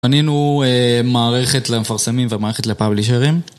בנינו מערכת למפרסמים ומערכת לפאבלישרים